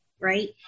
right